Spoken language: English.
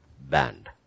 band